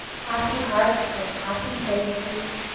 happy hearts and happy faces,